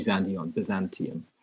Byzantium